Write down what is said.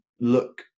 look